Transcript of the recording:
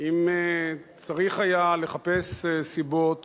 אם צריך היה לחפש סיבות